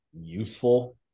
useful